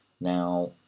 now